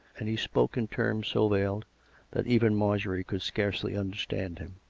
and he spoke in terms so veiled that even marjorie could scarcely understand him.